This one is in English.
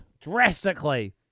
Drastically